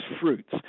fruits